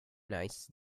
nice